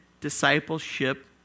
discipleship